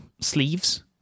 sleeves